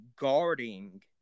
guarding